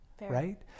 right